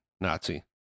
Nazi